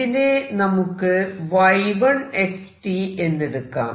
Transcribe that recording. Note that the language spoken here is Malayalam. ഇതിനെ നമുക്ക് y1 xt എന്നെടുക്കാം